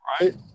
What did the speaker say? Right